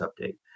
update